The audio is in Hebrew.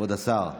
כבוד השר.